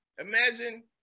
Imagine